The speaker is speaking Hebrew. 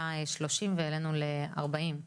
היה 30 והעלינו ל-40.